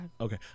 Okay